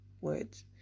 words